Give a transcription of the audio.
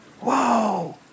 Whoa